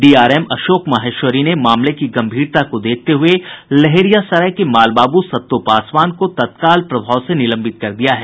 DRM Ashok Maheshwari ने मामले की गंभीरता को देखते हुए लहेरियासराय के माल बाबू सतो पासवान को तत्काल प्रभाव से निलंबित कर दिया है